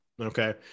Okay